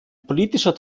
politischer